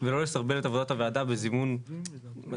ולא לסרבל את עבודת הוועדה בזימון כל